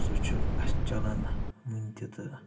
سُہ چھُ اسہِ چلان وُنہِ تہِ تہٕ